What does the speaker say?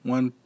One